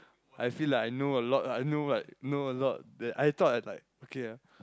I feel like I know a lot lah I know like know a lot that I thought I like okay ah